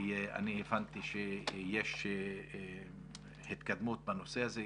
אני הבנתי שיש התקדמות בנושא הזה,